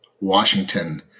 Washington